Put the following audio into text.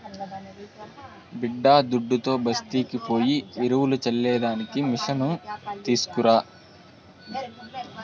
బిడ్డాదుడ్డుతో బస్తీకి పోయి ఎరువులు చల్లే దానికి మిసను తీస్కరా